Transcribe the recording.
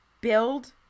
Build